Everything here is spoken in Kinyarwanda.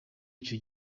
icyo